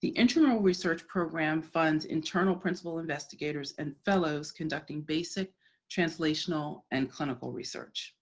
the internal research program funds internal principal investigators and fellows conducting basic translational and clinical research.